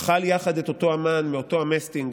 אכל יחד את אותו המן מאותו המסטינג